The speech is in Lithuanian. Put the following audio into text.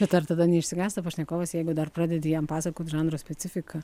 bet ar tada neišsigąsta pašnekovas jeigu dar pradedi jam pasakot žanro specifiką